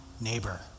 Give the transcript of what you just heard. neighbor